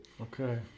Okay